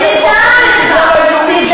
מי אמר?